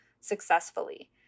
successfully